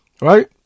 Right